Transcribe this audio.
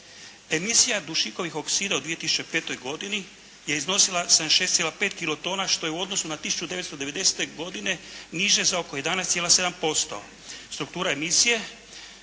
Emisija dušikovih oksida u 20056. godini je iznosila 76,5 kilotona što je u odnosu na 1990. godine niže za oko 11,7%. Struktura emisije